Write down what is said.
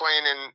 playing